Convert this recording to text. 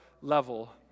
level